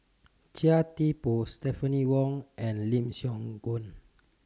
Chia Thye Poh Stephanie Wong and Lim Siong Guan